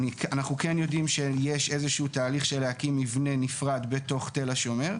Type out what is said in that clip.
אנחנו כן יודעים שיש איזשהו תהליך של הקמת מבנה נפרד בתוך תל השומר,